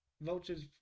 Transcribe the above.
Vulture's